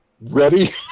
ready